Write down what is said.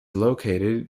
located